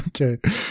Okay